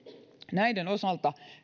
näiden osalta